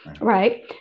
right